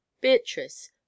beatrice